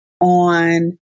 on